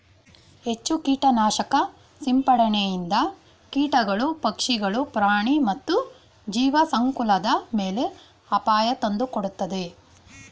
ಹೆಚ್ಚು ಕೀಟನಾಶಕ ಸಿಂಪಡಣೆಯಿಂದ ಕೀಟಗಳು, ಪಕ್ಷಿಗಳು, ಪ್ರಾಣಿ ಮತ್ತು ಜೀವಸಂಕುಲದ ಮೇಲೆ ಅಪಾಯ ತಂದೊಡ್ಡುತ್ತದೆ